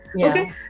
Okay